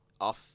off